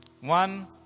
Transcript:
one